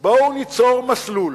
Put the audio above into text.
בואו ניצור מסלול